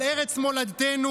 על ארץ מולדתנו,